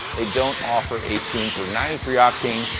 they don't offer a tune for ninety three octane.